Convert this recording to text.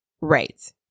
Right